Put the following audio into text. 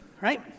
right